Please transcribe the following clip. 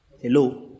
Hello